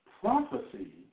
Prophecy